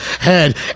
head